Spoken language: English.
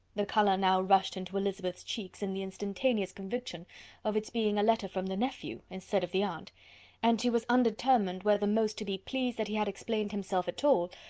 the colour now rushed into elizabeth's cheeks in the instantaneous conviction of its being a letter from the nephew, instead of the aunt and she was undetermined whether most to be pleased that he explained himself at all,